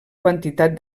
quantitat